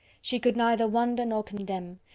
she could neither wonder nor condemn,